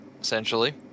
essentially